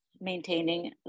maintaining